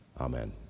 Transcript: Amen